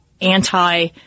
anti